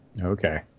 Okay